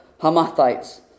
Hamathites